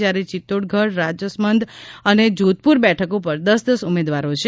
જયારે ચીત્તોડગઢ રાજસમંદ અને જોધપુર બેઠકો ઉપર દસ દસ ઉમેદવારો છે